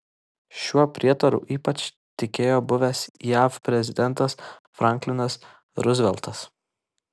šiuo prietaru ypač tikėjo buvęs jav prezidentas franklinas ruzveltas